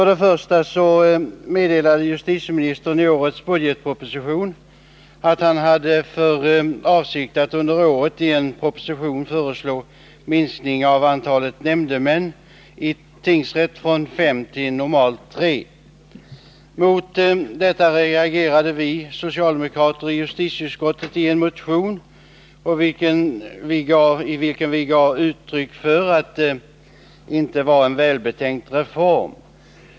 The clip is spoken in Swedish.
Det första påpekandet gäller justitieministerns meddelande i årets budgetproposition att han hade för avsikt att under året i en proposition föreslå en minskning av antalet nämndemän i tingsrätt från fem till normalt tre. Mot detta reagerade vi socialdemokrater inom justitieutskottet i en motion, i vilken vi gav uttryck för uppfattningen att detta inte var en välbetänkt reform.